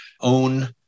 own